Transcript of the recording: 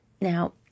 now